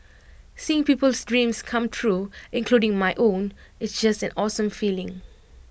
seeing people's dreams come true including my own it's just an awesome feeling